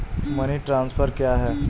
Money transfer क्या है?